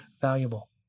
valuable